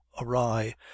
awry